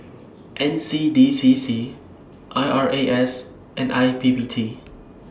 N C D C C I R A S and I P P T